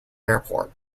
airport